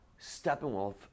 Steppenwolf